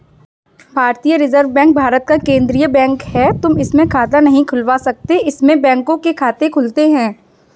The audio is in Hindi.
भारतीय रिजर्व बैंक भारत का केन्द्रीय बैंक है, तुम इसमें खाता नहीं खुलवा सकते इसमें बैंकों के खाते खुलते हैं